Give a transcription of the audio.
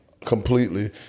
completely